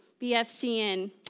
BFCN